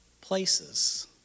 places